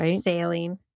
sailing